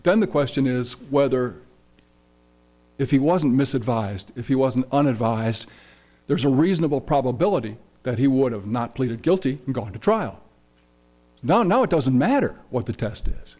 done the question is whether if he wasn't mis advised if he wasn't unadvised there's a reasonable probability that he would have not pleaded guilty and gone to trial now no it doesn't matter what the test is